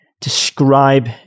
describe